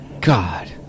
God